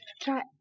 try